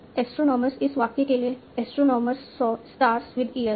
astronomers इस वाक्य के लिए astronomers saw stars with years